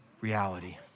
reality